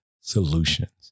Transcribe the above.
solutions